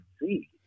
see